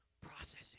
processing